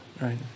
right